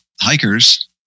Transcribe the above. hikers